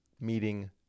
meeting